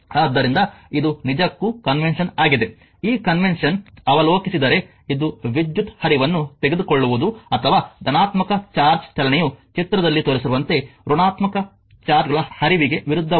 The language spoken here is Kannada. ಆದ್ದರಿಂದ ಇದು ನಿಜಕ್ಕೂ ಕಾನ್ವೆಂಷನ್ ಆಗಿದೆ ಈ ಕಾನ್ವೆಂಷನ್ ಅವಲೋಕಿಸಿದರೆ ಇದು ವಿದ್ಯುತ್ ಹರಿವನ್ನು ತೆಗೆದುಕೊಳ್ಳುವುದು ಅಥವಾ ಧನಾತ್ಮಕ ಚಾರ್ಜ್ ಚಲನೆಯು ಚಿತ್ರದಲ್ಲಿ ತೋರಿಸಿರುವಂತೆ ಋಣಾತ್ಮಕ ಚಾರ್ಜ್ಗಳ ಹರಿವಿಗೆ ವಿರುದ್ಧವಾಗಿರುತ್ತದೆ